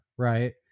right